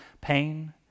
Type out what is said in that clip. pain